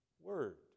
word